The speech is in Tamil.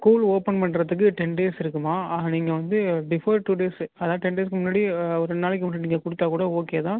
ஸ்கூல் ஓப்பன் பண்ணுறதுக்கு டென் டேஸ் இருக்கும்மா நீங்கள் வந்து பிஃபோர் டூ டேஸ் அதாவது டென் டேஸ்க்கு முன்னாடி ஒரு ரெண்டு நாளைக்கு முன்னாடி நீங்கள் கொடுத்தா கூட ஓகேதான்